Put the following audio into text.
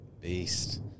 Beast